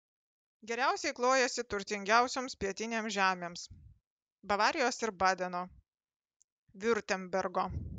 geriausiai klojasi turtingiausioms pietinėms žemėms bavarijos ir badeno viurtembergo